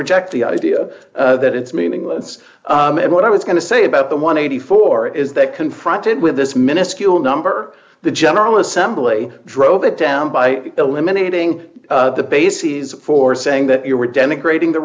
reject the idea that it's meaningless and what i was going to say about the one hundred and eighty four is that confronted with this miniscule number the general assembly drove it down by eliminating the bases for saying that you were denigrating the